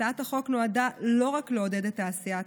הצעת החוק נועדה לא לעודד רק את תעשיית